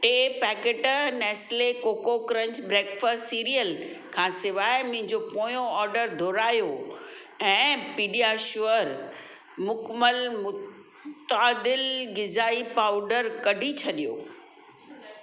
टे packet Nestle Koko Krunch breakfast cereal खां सवाइ मुंहिंजो पोयों ऑडर दुहिरायो ऐं पीडियाश्योर मुकमल मुतादिल ग़िज़ाई पाउडर कढी छॾियो